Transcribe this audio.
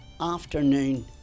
afternoon